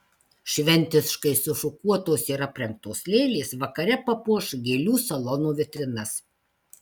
šventiškai sušukuotos ir aprengtos lėlės vakare papuoš gėlių salono vitrinas